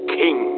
king